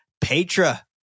Petra